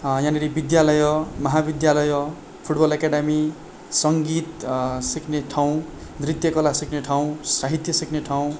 यहाँनिर विद्यालय महाविद्यालय फुटबल एकाडेमी सङ्गीत सिक्ने ठाउँ नृत्य कला सिक्ने ठाउँ साहित्य सिक्ने ठाउँ